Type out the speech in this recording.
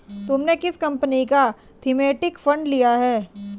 तुमने किस कंपनी का थीमेटिक फंड लिया है?